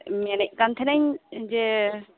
ᱢᱮᱱᱮᱫ ᱛᱟᱦᱮᱸᱠᱟᱹᱱᱟᱹᱧ ᱡᱮ